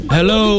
Hello